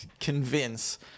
convince